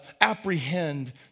apprehend